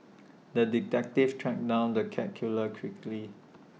the detective tracked down the cat killer quickly